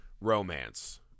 romance